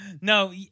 No